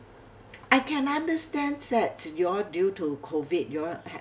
I can understand that y'all due to COVID y'all